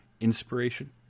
inspiration